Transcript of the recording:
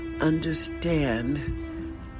understand